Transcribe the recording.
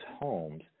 homes